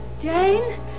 Jane